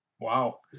wow